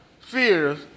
fears